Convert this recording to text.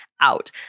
out